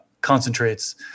concentrates